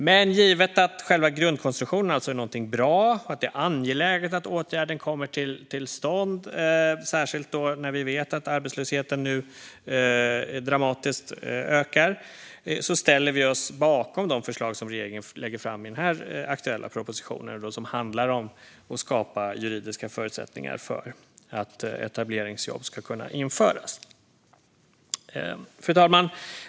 Men givet att själva grundkonstruktionen är bra och att det är angeläget att åtgärderna kommer till stånd, särskilt när vi vet att arbetslösheten nu ökar dramatiskt, ställer vi oss bakom de förslag som regeringen lägger fram i den aktuella propositionen och som handlar om att skapa juridiska förutsättningar för att etableringsjobb ska kunna införas. Fru talman!